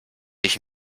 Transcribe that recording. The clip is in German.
ich